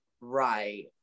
right